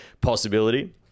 possibility